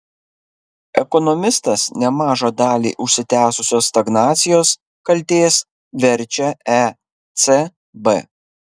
ekonomistas nemažą dalį užsitęsusios stagnacijos kaltės verčia ecb